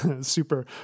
super